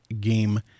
game